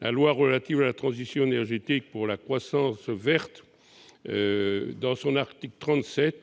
La loi relative à la transition énergétique pour la croissance verte, dans son article 37,